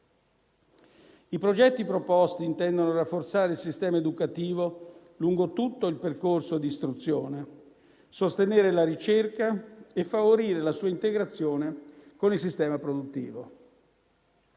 I progetti proposti intendono rafforzare il sistema educativo lungo tutto il percorso di istruzione, sostenere la ricerca e favorire la sua integrazione con il sistema produttivo.